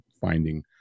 finding